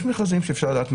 יש מכרזים שאפשר לדעת מראש.